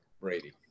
Brady